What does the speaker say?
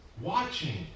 Watching